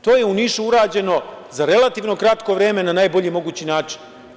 To je Nišu urađeno za relativno kratko vreme na najbolji mogući način.